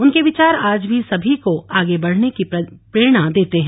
उनके विचार आज भी सभी को आगे बढ़ने की प्रेरणा देते है